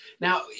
Now